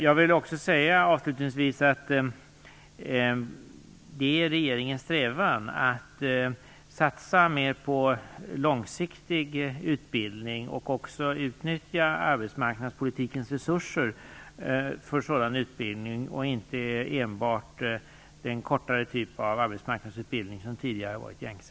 Jag vill också avslutningsvis säga att det är regeringens strävan att satsa mer på långsiktig utbildning och också utnyttja arbetsmarknadspolitikens resurser för sådan utbildning och inte enbart för den kortare typ av arbetsmarknadsutbildning som tidigare har varit gängse.